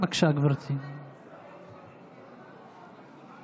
להלן תוצאות ההצבעה: 51 חברי כנסת בעד,